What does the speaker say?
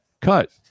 Cut